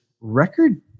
record